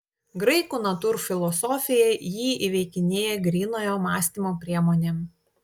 graikų natūrfilosofija jį įveikinėja grynojo mąstymo priemonėm